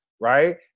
right